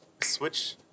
Switch